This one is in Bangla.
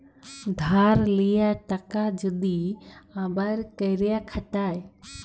ধার লিয়া টাকা যদি আবার ক্যইরে খাটায়